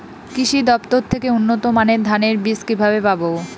কৃষি দফতর থেকে উন্নত মানের ধানের বীজ কিভাবে পাব?